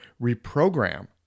reprogram